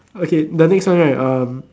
okay the next one right um